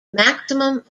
maximum